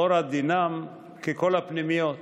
לכאורה דינם כדין כל הפנימיות.